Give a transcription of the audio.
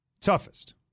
Toughest